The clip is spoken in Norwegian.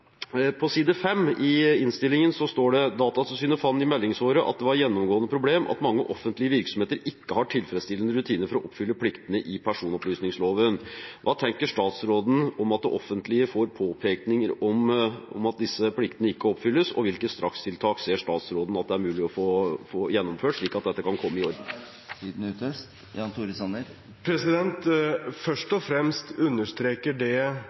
på side 3 i innstillingen står det: «Datatilsynet fann i meldingsåret at det var eit gjennomgåande problem at mange offentlege verksemder ikkje har tilfredsstillande rutinar for å oppfylle pliktene i personopplysningslova.» Hva tenker statsråden om at det offentlige får påpekninger om at disse pliktene ikke oppfylles, og hvilke strakstiltak ser statsråden at det er mulig å få gjennomført, slik at dette kan komme i orden? Først og fremst understreker det